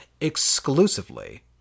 exclusively